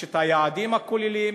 יש את היעדים הכוללים,